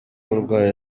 uburwayi